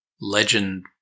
legend